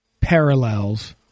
parallels